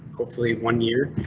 hopefully one year.